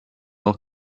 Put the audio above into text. noch